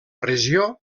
regió